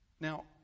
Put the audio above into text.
Now